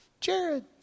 Jared